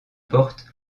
porte